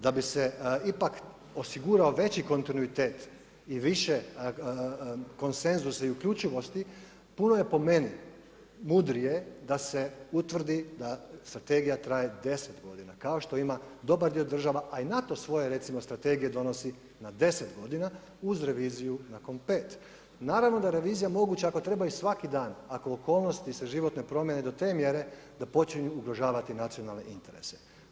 Da bi se ipak osigurao veći kontinuitet i više konsenzusa i uključivosti puno je po meni mudrije da se utvrdi da strategija traje 10 godina kao što ima dobar dio država a i NATO svoje recimo strategije donosi na 10 godina uz reviziju nakon 5. Naravno da je revizija moguća ako treba i svaki dan, ako okolnosti se životne promjene do te mjere da počinje ugrožavati nacionalne interese.